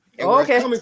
Okay